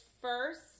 first